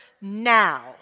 now